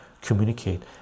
communicate